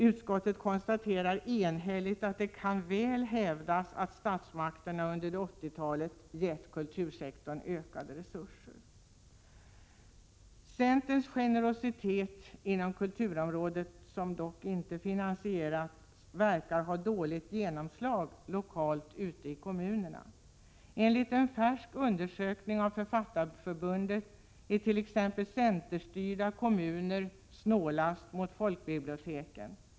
Utskottet konstaterar enhälligt att det väl kan hävdas att statsmakterna under 1980-talet gett kultursektorn ökade resurser. Centerns generositet inom kulturområdet, som dock inte finansierats, verkar ha dåligt genomslag lokalt ute i kommunerna. Enligt en färsk undersökning av Författarförbundet är t.ex. centerstyrda kommuner snålast mot folkbiblioteken.